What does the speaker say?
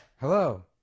Hello